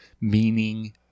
meaning